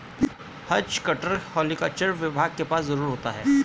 has cutter horticulture विभाग के पास जरूर होता है